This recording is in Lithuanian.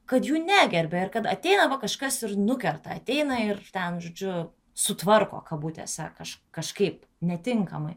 kad jų negerbia ir kad ateina va kažkas ir nukerta ateina ir ten žodžiu sutvarko kabutėse kaž kažkaip netinkamai